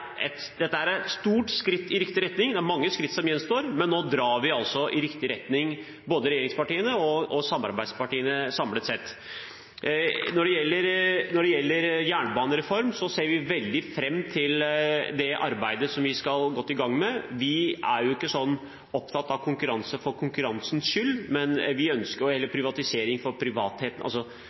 et stort skritt i riktig retning. Det er mange skritt som gjenstår, men nå drar vi altså i riktig retning, både regjeringspartiene og samarbeidspartiene, samlet sett. Når det gjelder jernbanereform, ser vi veldig fram til det arbeidet som vi skal gå i gang med. Vi er ikke opptatt av konkurranse for konkurransens skyld eller av privatisering for privatiseringens skyld. Formålet må være at man skal få mer jernbane ut av hver krone, og at det skal være bedre transportsystemer for